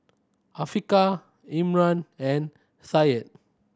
Afiqah Imran and Syed